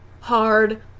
hard